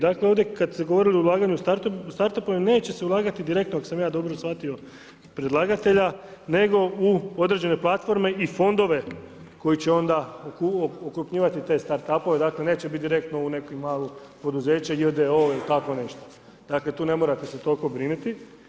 Dakle ovdje kada se govorilo o ulaganju start up-om jer neće se ulagati direktno ako sam ja dobro shvatio predlagatelja, nego u određene platforme i fondove koji će onda okrupnjivati te start up-ove dakle neće biti direktno u neko malo poduzeće J.D.O ili tako nešto, dakle tu ne morate se toliko brinuti.